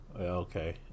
Okay